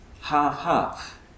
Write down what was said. half-half